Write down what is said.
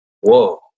whoa